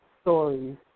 stories